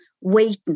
waiting